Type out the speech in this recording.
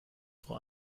vor